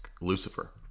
Lucifer